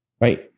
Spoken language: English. right